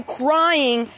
crying